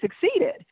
succeeded